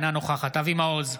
אינה נוכחת אבי מעוז,